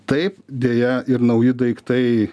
taip deja ir nauji daiktai